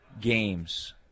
games